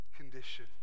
condition